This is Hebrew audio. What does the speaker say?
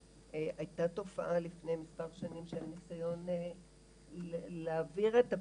הייתה תופעה לפני מספר שנים של ניסיון להעביר את הפליטים,